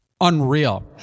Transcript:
unreal